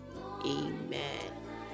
amen